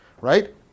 right